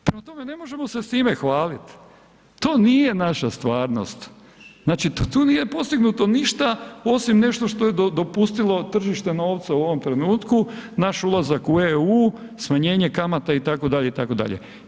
Prema tome ne možemo se s time hvalit, to nije naša stvarnost, znači tu nije postignuto ništa osim nešto što je dopustilo tržište novca u ovom trenutku, naš ulazak u EU, smanjenje kamata i tako dalje, i tako dalje.